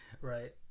right